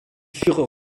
furent